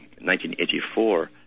1984